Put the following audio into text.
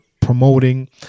promoting